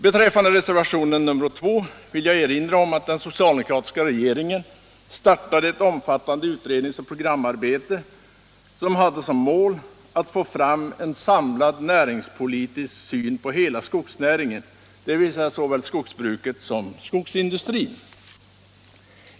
Beträffande reservationen 2 vill jag erinra om att den socialdemokratiska regeringen startade ett omfattande utredningsoch programarbete som hade som mål att få fram en samlad näringspolitisk syn på hela skogsnäringen, dvs. såväl skogsbruket som skogsindustrin.